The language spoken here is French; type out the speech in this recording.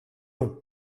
long